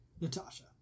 Natasha